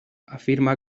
afirma